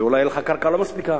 ואולי הקרקע לא מספיקה,